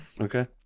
Okay